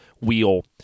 wheel